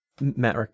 Matt